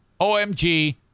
OMG